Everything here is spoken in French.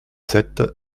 sept